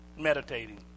meditating